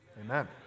Amen